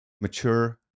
mature